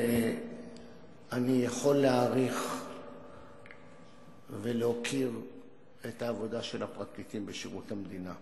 ואני יכול להעריך ולהוקיר את העבודה של הפרקליטים בשירות המדינה,